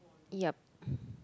yup